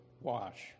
wash